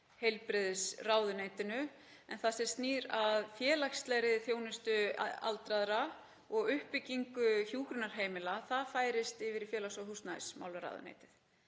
heilbrigðisráðuneytinu en það sem snýr að félagslegri þjónustu aldraðra og uppbyggingu hjúkrunarheimila færist yfir í félags- og húsnæðismálaráðuneytið.